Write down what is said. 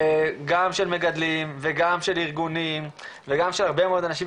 גם של מגדלים וגם של ארגונים וגם של הרבה מאוד אנשים